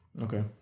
Okay